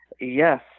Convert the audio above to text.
Yes